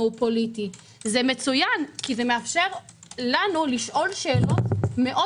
זה מצוין כי זה מאפשר לנו לשאול שאלות מאוד